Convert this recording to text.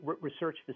research